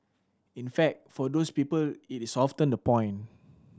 in fact for those people it is often the point